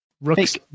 Rook's